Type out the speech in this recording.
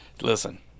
listen